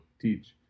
teach